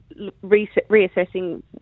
reassessing